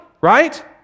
right